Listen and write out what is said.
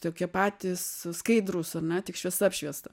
tokie patys skaidrūs ar ne tik šviesa apšviesta